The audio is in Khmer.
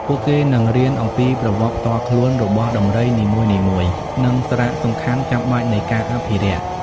ពួកគេនឹងរៀនអំពី ប្រវត្តិផ្ទាល់ខ្លួនរបស់ដំរីនីមួយៗ និងសារៈសំខាន់ចាំបាច់នៃការអភិរក្ស។